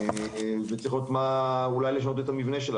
אולי צריך לשנות את המבנה שלה,